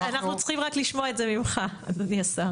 אנחנו צריכים רק לשמוע את זה ממך, אדוני השר.